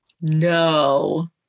No